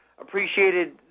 appreciated